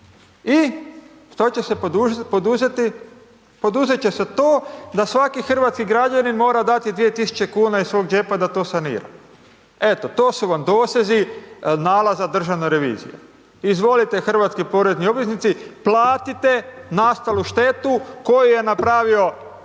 i šta će se poduzeti? Poduzet će se to da svaki hrvatski građanin mora dati 2.000,00 kn iz svog džepa da to sanira, eto to su vam dosezi nalaza Državne revizije. Izvolite hrvatski porezni obveznici platite nastalu štetu koju je napravio